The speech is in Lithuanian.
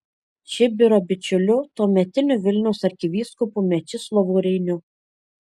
čibiro bičiuliu tuometiniu vilniaus arkivyskupu mečislovu reiniu